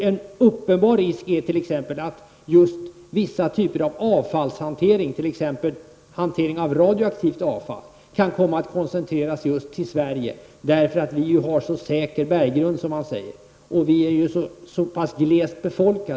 En uppenbar risk är att vissa typer av avfallshantering, t.ex. hantering av radioaktivt avfall, kan bli koncentrerade just till Sverige, eftersom berggrunden är ''så pass säker'' och Sverige är så glest befolkat.